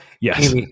Yes